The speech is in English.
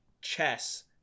chess